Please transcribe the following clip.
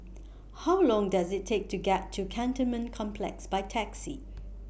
How Long Does IT Take to get to Cantonment Complex By Taxi